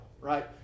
right